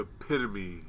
epitome